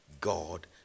God